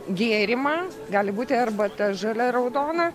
gėrimą gali būti arbata žalia raudona